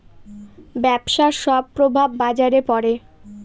ব্যবসার সব প্রভাব বাজারে পড়ে